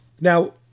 Now